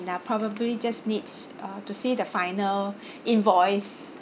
and I probably just need uh to see the final invoice